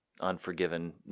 Unforgiven